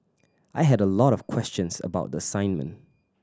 I had a lot of questions about the assignment